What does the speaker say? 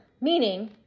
Meaning